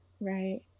right